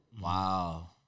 Wow